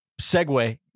segue